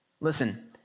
Listen